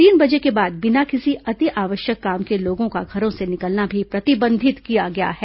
तीन बजे के बाद बिना किसी अतिआवश्यक काम के लोगों का घरों से निकलना भी प्रतिबंधित किया गया है